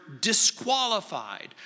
disqualified